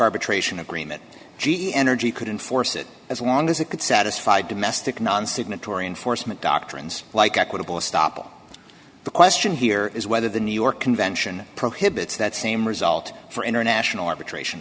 arbitration agreement g e energy couldn't force it as long as it could satisfy domestic non signatory enforcement doctrines like equitable stoppel the question here is whether the new york convention prohibits that same result for international arbitration